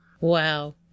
Wow